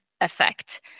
effect